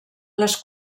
les